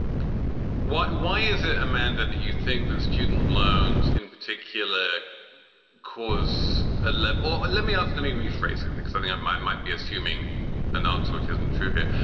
why why is it, amanda, that you think that student loans in particular cause a let or let me ask ah let me rephrase it, because i think i might be assuming an answer, which isn't true here.